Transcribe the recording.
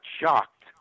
shocked